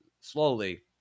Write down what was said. slowly